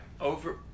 over